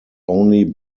only